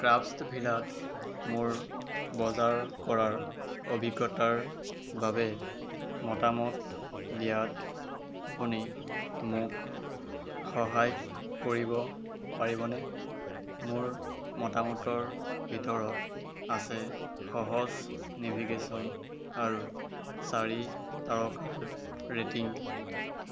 ক্ৰাফ্টছভিলাত মোৰ বজাৰ কৰাৰ অভিজ্ঞতাৰ বাবে মতামত দিয়াত আপুনি মোক সহায় কৰিব পাৰিবনে মোৰ মতামতৰ ভিতৰত আছে সহজ নেভিগেশ্যন আৰু চাৰি তাৰকাৰ ৰেটিং